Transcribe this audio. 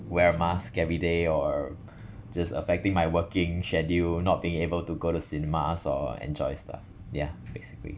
wear mask everyday or just affecting my working schedule not being able to go to cinemas or enjoy stuff ya basically